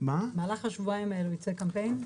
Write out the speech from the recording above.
-- במהלך השבועיים האלה ייצא קמפיין?